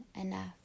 enough